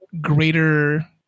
greater